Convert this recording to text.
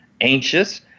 anxious